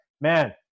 man